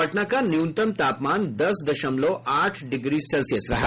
पटना का न्यूनतम तापमान दस दशमलव आठ डिग्री सेल्सियस रहा